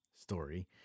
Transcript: story